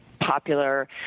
popular